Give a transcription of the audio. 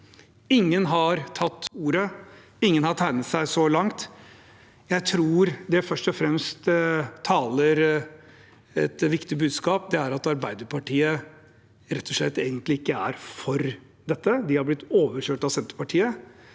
Ingen har tatt ordet, ingen har tegnet seg så langt. Jeg tror det først og fremst formidler et viktig budskap, at Arbeiderpartiet rett og slett egentlig ikke er for dette. De har blitt overkjørt av Senterpartiet,